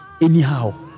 anyhow